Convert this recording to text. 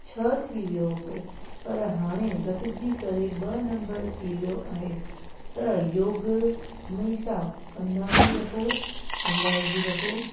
छह थी वियो हुओ पर हाणे घटिजी करे ॿ नंबर थी वियो आहे त योग हमेशह कंदा ई रहो कंदा ही रहो